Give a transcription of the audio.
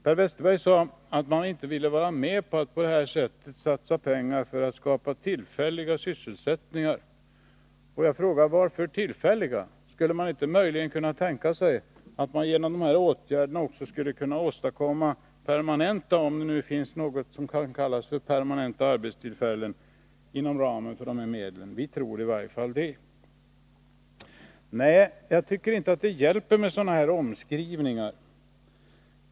Per Westerberg sade att moderaterna inte ville vara med om att på det här sättet satsa pengar för att skapa tillfälliga sysselsättningar. Får jag fråga: Varför tillfälliga? Skulle man inte möjligen kunna tänka sig att man inom ramen för dessa medel skulle kunna åstadkomma permanenta arbetstillfällen — om det finns något som kan kallas permanenta arbetstillfällen? Vi tror i varje fall att det skulle vara möjligt. Jag tycker inte att det hjälper med sådana här omskrivningar.